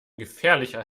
gefährlicher